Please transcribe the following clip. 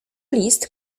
list